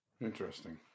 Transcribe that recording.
Interesting